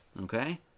okay